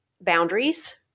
boundaries